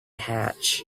hatch